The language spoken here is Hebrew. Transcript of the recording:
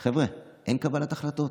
חבר'ה, אין קבלת החלטות.